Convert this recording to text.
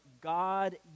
God